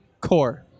Core